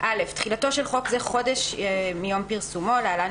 4.(א)תחילתו של חוק זה חודש מיום פרסומו (להלן,